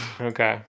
Okay